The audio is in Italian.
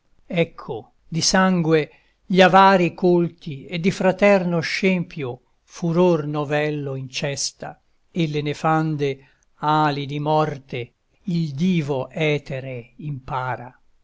ecco di sangue gli avari colti e di fraterno scempio furor novello incesta e le nefande ali di morte il divo etere impara